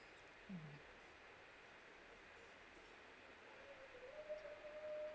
mm